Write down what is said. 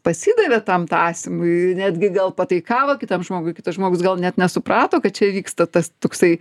pasidavė tam tasymui netgi gal pataikavo kitam žmogui kitas žmogus gal net nesuprato kad čia vyksta tas toksai